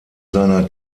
seiner